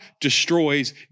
destroys